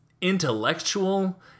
intellectual